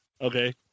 Okay